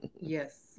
Yes